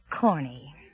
corny